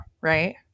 right